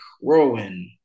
whirlwind